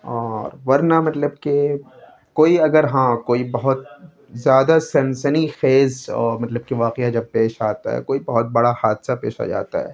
اور ورنہ مطلب کہ کوئی اگر ہاں کوئی بہت زیادہ سنسنی خیز مطلب کہ واقعہ جب پیش آتا ہے کوئی بہت بڑا حادثہ پیش آ جاتا ہے